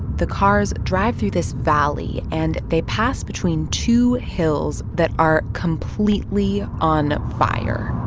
the cars drive through this valley, and they pass between two hills that are completely on fire